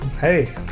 Hey